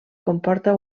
comporta